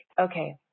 okay